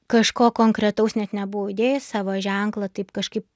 kažko konkretaus net nebuvau įdėjus savo ženklą taip kažkaip